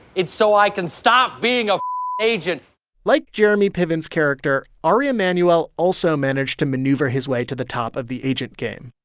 it's so i can stop being a agent like jeremy piven's character, ari emanuel also managed to maneuver his way to the top of the agent game.